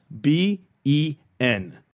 B-E-N